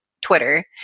Twitter